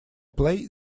play